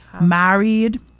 married